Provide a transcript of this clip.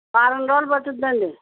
వారం రోజులు పడుతుందండి